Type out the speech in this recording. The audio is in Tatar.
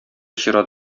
чират